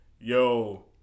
Yo